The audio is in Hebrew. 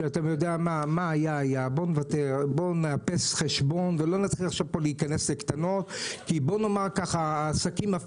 שנוותר ונאפס חשבון ולא נתחיל להיכנס לקטנות כי בא נאמר שהעסקים אף